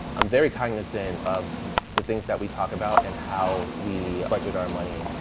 i'm very cognizant of the things that we talk about and how we budget our money.